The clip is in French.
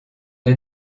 est